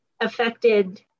affected